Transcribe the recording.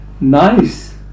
Nice